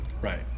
Right